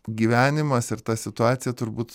gyvenimas ir ta situacija turbūt